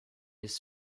his